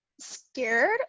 scared